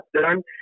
done